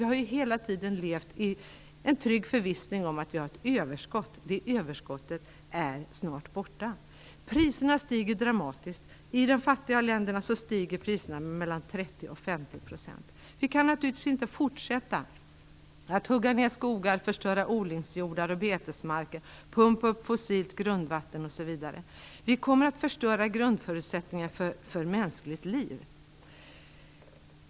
Vi har hela tiden levt i trygg förvissning om att vi har ett överskott, men det överskottet är snart borta. Priserna stiger dramatiskt. I de fattiga länderna stiger priserna med 30-50 %. Vi kan naturligtvis inte fortsätta att hugga ner skogar, förstöra odlingsjordar och betesmarker, pumpa upp fossilt grundvatten osv. Vi kommer då att förstöra grundförutsättningarna för mänskligt liv.